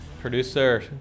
Producer